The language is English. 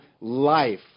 life